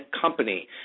company